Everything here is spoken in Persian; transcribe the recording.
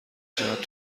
چقدر